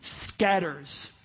scatters